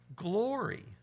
glory